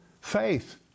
faith